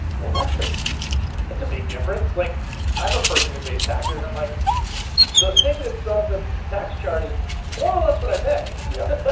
well, that's ah that's a big difference. like i'm a person who pays taxes, and like the thing that's on the tax chart is more or less what i pay. yeah.